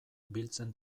biltzen